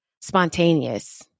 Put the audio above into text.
spontaneous